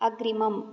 अग्रिमम्